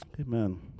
Amen